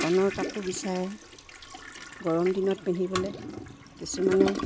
কটনৰ কাপোৰ বিচাৰে গৰম দিনত পিন্ধিবলৈ কিছুমানে